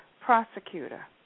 prosecutor